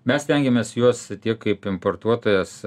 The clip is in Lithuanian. mes stengiamės juos tiek kaip importuotojas